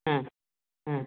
ஆ ஆ